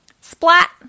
Splat